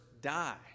die